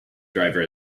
driver